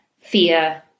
fear